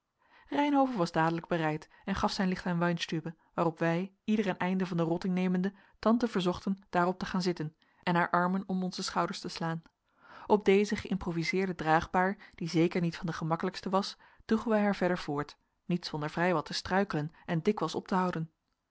reynhove was dadelijk bereid en gaf zijn licht aan weinstübe waarop wij ieder een einde van den rotting nemende tante verzochten daarop te gaan zitten en haar armen om onze schouders te slaan op deze geïmproviseerde draagbaar die zeker niet van de gemakkelijkste was droegen wij haar verder voort niet zonder vrij wat te struikelen en dikwijls op te houden